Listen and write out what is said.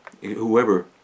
whoever